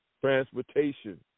transportation